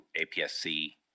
APS-C